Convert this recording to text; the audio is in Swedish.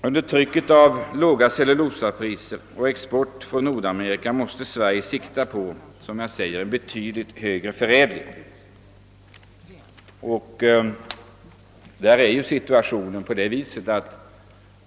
Under trycket av låga cellulosapriser och exporten från Nordamerika måste Sverige, som sagt, sikta på en betydligt högre förädling.